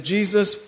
Jesus